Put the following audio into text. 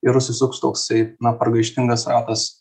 ir užsisuks toksai na pragaištingas ratas